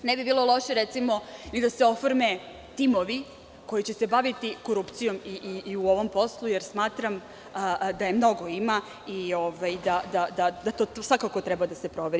Ne bi bilo loše, recimo, da se oforme timovi koji će se baviti korupcijom i u ovom poslu, jer smatram da je mnogo ima i da to svakako treba da se proveri.